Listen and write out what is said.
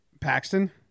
Paxton